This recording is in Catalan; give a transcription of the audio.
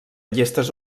llistes